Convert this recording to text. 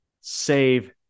save